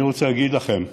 אני רוצה להגיד לכם,